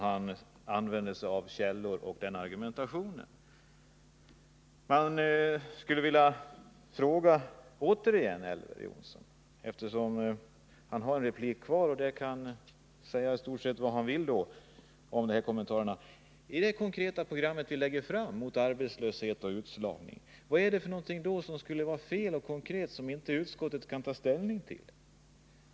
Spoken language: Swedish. Jag vill återigen ställa mina frågor till Elver Jonsson. Han har ju en replik kvar och kan säga i stort sett vad han vill då med anledning av de här kommentarerna. Vi har lagt fram ett konkret program mot arbetslöshet och utslagning. Vad är det där som skulle vara fel och som utskottet inte kan ta ställning till?